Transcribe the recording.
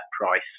price